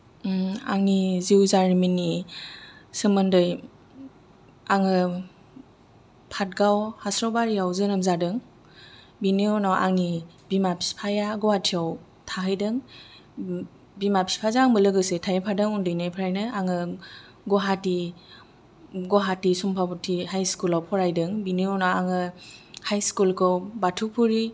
आंनि जिउ जारिमिननि सोमोन्दै आङो पाटगाव हास्रावबारियाव जोनोम जादों बिनि उनाव आंनि बिमा बिफाया गुवाहाटीयाव थाहैदों बिमा बिफाजों आंबो लोगोसे थाहैफादों उन्दैनिफ्रायनो आङो गुवाहाटी गुवाहाटी सम्फाबति हाइ स्कुलाव फरायदों बिनि उनाव आङो हाइ स्कुलखौ बाथौफुरि